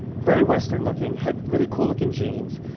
very western looking, had really cool looking jeans.